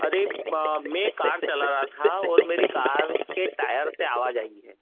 अरे मैं कार चला रहा था और मेरी कार के टायर से आवाज़ आई है